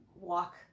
walk